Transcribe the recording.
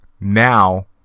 now